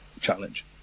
challenge